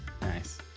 Nice